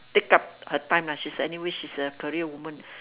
take up her time ah she's anyway she's a career woman